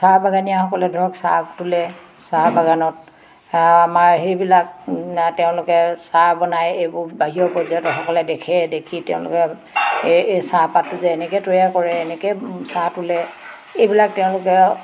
চাহ বাগানীয়াসকলে ধৰক চাহ তোলে চাহ বাগানত আমাৰ সেইবিলাক তেওঁলোকে চাহ বনাই এইবোৰ বাহিৰৰ পৰ্যটকসকলে দেখে দেখি তেওঁলোকে এই এই চাহপাতটো যে এনেকে তৈয়াৰ কৰে এনেকে চাহ তোলে এইবিলাক তেওঁলোকে